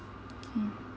okay